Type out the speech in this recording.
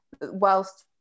whilst